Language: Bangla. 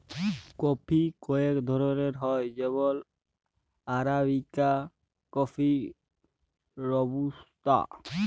কফি কয়েক ধরলের হ্যয় যেমল আরাবিকা কফি, রবুস্তা